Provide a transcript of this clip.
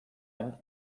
any